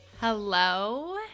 Hello